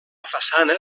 façana